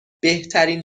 بهترین